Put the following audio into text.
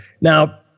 Now